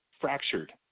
fractured